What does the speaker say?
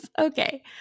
Okay